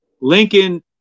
Lincoln